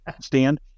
Stand